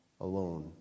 alone